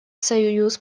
союз